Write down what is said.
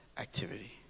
activity